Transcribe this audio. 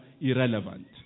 irrelevant